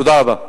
תודה רבה.